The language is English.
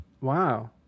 Wow